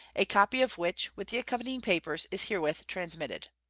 a copy of which, with the accompanying papers, is herewith transmitted.